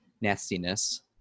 nastiness